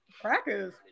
Crackers